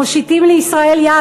מושיטים לישראל יד,